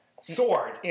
sword